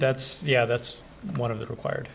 that's yeah that's one of the required